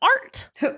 art